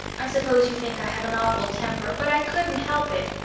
i suppose you think i have an awful temper, but i couldn't help it.